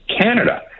Canada